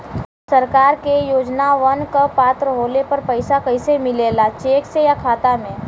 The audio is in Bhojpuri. सरकार के योजनावन क पात्र होले पर पैसा कइसे मिले ला चेक से या खाता मे?